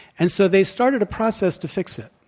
and so, they started a process to fix it.